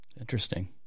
Interesting